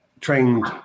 trained